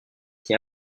qui